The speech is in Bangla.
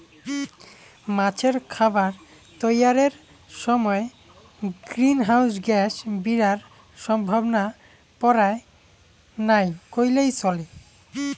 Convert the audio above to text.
মাছের খাবার তৈয়ারের সমায় গ্রীন হাউস গ্যাস বিরার সম্ভাবনা পরায় নাই কইলেই চলে